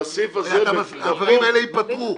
הדברים האלה ייפתרו,